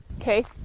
Okay